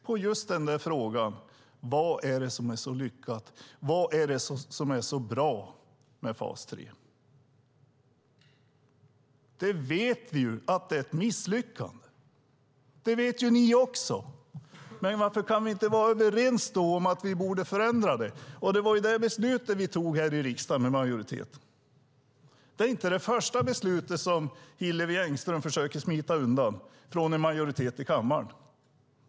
Frågan var just denna: Vad är det som är så lyckat, och vad är det som är så bra med fas 3? Vi vet att det är ett misslyckande. Det vet ni också. Varför kan vi då inte vara överens om att vi borde förändra det? Det var ju det beslut vi fattade här i riksdagen med majoritet. Detta är inte det första beslut från en majoritet i kammaren som Hillevi Engström försöker smita undan.